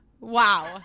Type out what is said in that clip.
wow